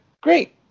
great